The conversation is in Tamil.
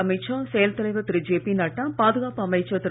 அமித் ஷா செயல் தலைவர் திரு ஜே பி நட்டா பாதுகாப்பு அமைச்சர் திரு